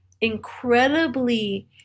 incredibly